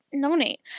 donate